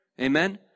amen